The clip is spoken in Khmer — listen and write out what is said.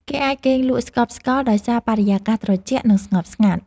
គេអាចគេងលក់បានស្កប់ស្កល់ដោយសារបរិយាកាសត្រជាក់ និងស្ងប់ស្ងាត់។